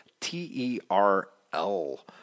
T-E-R-L